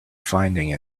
finding